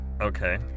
Okay